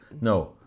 No